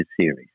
series